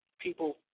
People